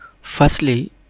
Firstly